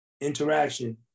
interaction